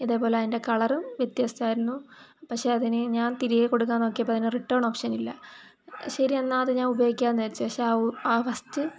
ഇതേപോലെ അതിൻ്റെ കളറും വ്യത്യസ്തമായിരുന്നു പക്ഷെ അതിനി ഞാൻ തിരികെ കൊടുക്കാൻ നോക്കിയപ്പൊൾ അതിന് റിട്ടേൺ ഓപ്ഷൻ ഇല്ല ശരി എന്നാൽ അത് ഞാൻ ഉപയോഗിക്കാം എന്ന് വിചാരിച്ച് പക്ഷെ ആ ഫസ്റ്റ്